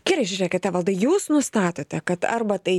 gerai žiūrėkit evaldai jūs nustatote kad arba tai